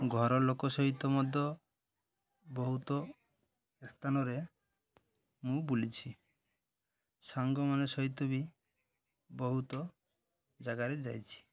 ଘରଲୋକ ସହିତ ମଧ୍ୟ ବହୁତ ଏ ସ୍ଥାନରେ ମୁଁ ବୁଲିଛି ସାଙ୍ଗମାନେ ସହିତ ବି ବହୁତ ଜାଗାରେ ଯାଇଛି